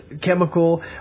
chemical